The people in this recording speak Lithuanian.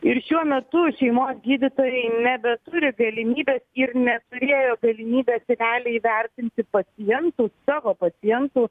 ir šiuo metu šeimos gydytojai nebeturi galimybės ir neturėjo galimybės realiai įvertinti pacientų savo pacientų